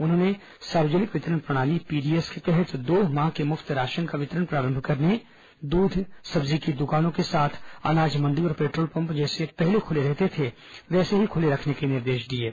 उन्होंने सार्वजनिक वितरण प्रणाली पीडीएस के तहत दो माह के मु फ्त राशन का वितरण प्रारंभ करने दूध सब्जी की दुकानों के साथ अनाज मंडी और पेट्रोल पंप जैसे पहले खुले रहते थे वैसे ही खुले रखने के निर्देश दिए हैं